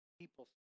people